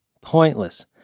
pointless